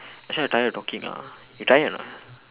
actually I tired of talking ah you tired or not